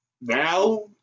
now